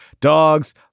dogs